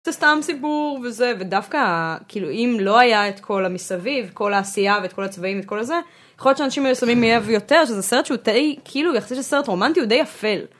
זה סתם סיפור וזה ודווקא כאילו אם לא היה את כל המסביב כל העשייה ואת כל הצבעים את כל הזה. יכול להיות שאנשים היו שמים לב יותר שזה סרט שהוא די כאילו יחסי סרט רומנטי הוא די אפל.